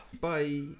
Bye